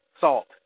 salt